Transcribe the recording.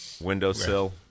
Windowsill